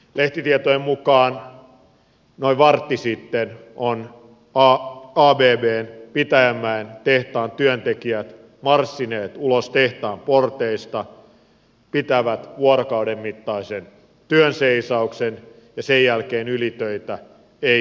lehtitietojen mukaan noin vartti sitten ovat abbn pitäjänmäen tehtaan työntekijät marssineet ulos tehtaan porteista pitävät vuorokauden mittaisen työnseisauksen ja sen jälkeen ylitöitä ei tehdä